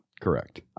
Correct